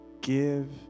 give